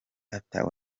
arthur